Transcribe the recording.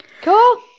Cool